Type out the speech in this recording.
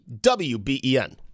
WBEN